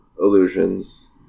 illusions